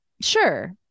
sure